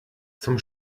zum